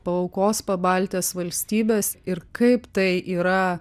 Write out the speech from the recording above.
paaukos pabaltės valstybes ir kaip tai yra